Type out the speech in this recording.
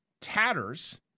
tatters